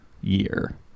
year